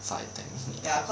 five ten minute